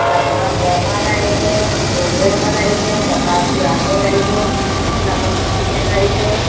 তাপা বমাক আহিব আহিব ককা খোৰাকহঁত আহিব তাৰপা ভিনিয়েক আহিব